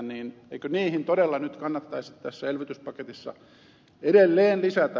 eikö niihin todella nyt kannattaisi tässä elvytyspaketissa edelleen lisätä